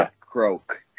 croak